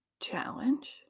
challenge